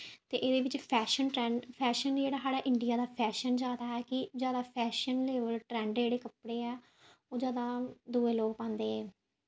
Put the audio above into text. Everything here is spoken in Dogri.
ते एह्दे बिच्च फैशन ट्रैंड फैशन दा साढ़ा इंडिया दा फैशन जादा ऐ कि जादा फैशन मतलब ट्रैंडिंग जेह्ड़े कपड़े ऐ ओह् जादा दूए लोग पांदे